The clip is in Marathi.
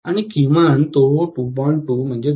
आणि किमान तो 2